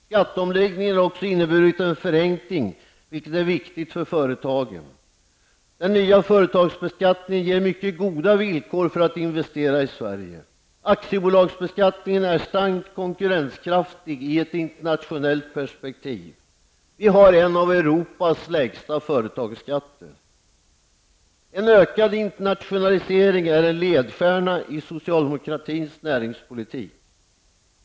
Skatteomläggningen har också inneburit en förenkling, vilket är viktigt för företagen. Den nya företagsbeskattningen ger mycket goda villkor för att investera i Sverige. Aktiebolagsbeskattningen är starkt konkurrenskraftig i ett internationellt perspektiv. Vi har en av Europas lägsta företagsskatter. En ökad internationalisering är en ledstjärna i socialdemokratins näringspolitik.